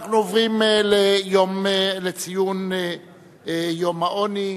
אנחנו עוברים להצעות לסדר-היום בנושא: ציון יום המאבק בעוני,